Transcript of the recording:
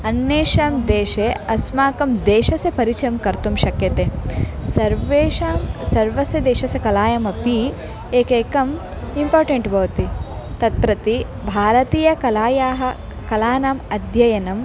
अन्येषां देशे अस्माकं देशस्य परिचयं कर्तुं शक्यते सर्वेषां सर्वस्य देशस्य कलायामपि एकैकम् इम्पोर्टेण्ट् भवति तत्प्रति भारतीयकलानां कलानाम् अध्ययनम्